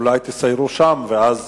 אולי תסיירו שם ואז